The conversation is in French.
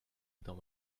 dans